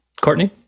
Courtney